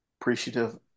appreciative